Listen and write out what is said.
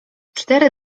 cztery